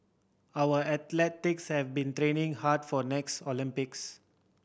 our have been training hard for the next Olympics